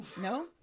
No